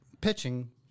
pitching